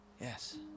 Yes